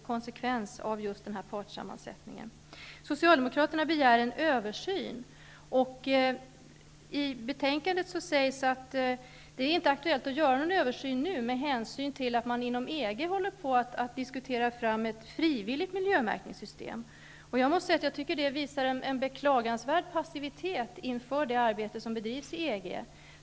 Konsekvensen av denna partssammansättning är bromsande. betänkandet sägs det att det inte är aktuellt att göra någon översyn nu, med hänsyn till att man inom EG håller på att diskutera fram ett frivilligt miljömärkningssystem. Jag tycker att det visar en beklagansvärd passivitet inför det arbete som bedrivs i EG.